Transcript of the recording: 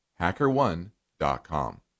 HackerOne.com